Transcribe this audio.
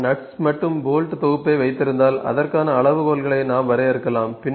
நான் நட்ஸ் மற்றும் போல்ட் தொகுப்பை வைத்திருந்தால் அதற்கான அளவுகோல்களை நாம் வரையறுக்கலாம்